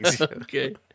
Okay